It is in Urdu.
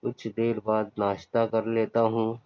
کچھ دیر بعد ناشتہ کر لیتا ہوں